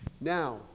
Now